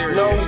no